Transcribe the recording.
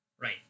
Right